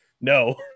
No